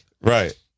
Right